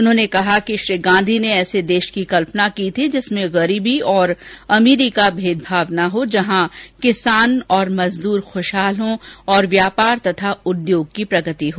उन्होंने कहा कि श्री गांधी ने ऐसे देष की कल्पना की थी कि जिसमें गरीबी और अमीरी का भेदभाव न हो जहां किसान और मजदूर खुषहाल हों और व्यापार और उद्योग की प्रगति हो